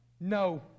no